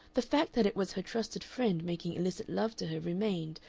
the fact that it was her trusted friend making illicit love to her remained,